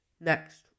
Next